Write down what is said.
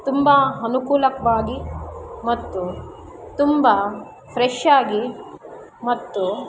ತುಂಬಾ ಅನುಕೂಲಕ್ಬಾಗಿ ಮತ್ತು ತುಂಬ ಫ್ರೆಶ್ಶಾಗಿ ಮತ್ತು